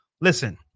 listen